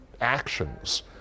actions